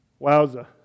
Wowza